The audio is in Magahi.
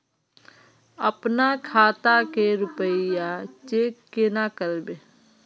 अपना खाता के रुपया चेक केना करबे?